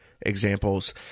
examples